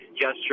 gesture